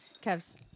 Kev's